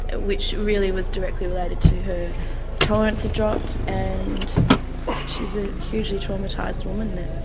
ah which really was directly related to her tolerance had dropped, and she's a hugely traumatised woman.